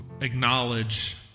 acknowledge